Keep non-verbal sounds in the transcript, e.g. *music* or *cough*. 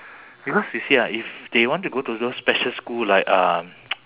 because you see ah if they want to go to those special school like um *noise*